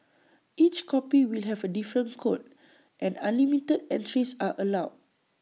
each copy will have A different code and unlimited entries are allowed